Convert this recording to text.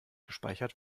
gespeichert